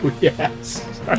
Yes